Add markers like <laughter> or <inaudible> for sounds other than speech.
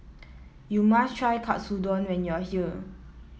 <noise> you must try Katsudon when you are here